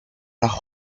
nach